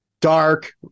dark